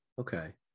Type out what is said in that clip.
okay